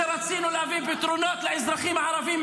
שרצינו להביא פתרונות לאזרחים הערבים?